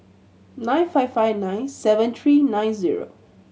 nine five five nine seven three nine zero